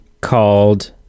called